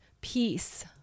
peace